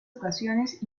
ocasiones